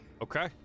Okay